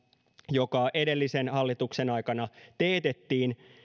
joka edellisen hallituksen aikana teetettiin